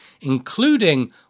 including